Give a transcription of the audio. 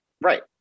Right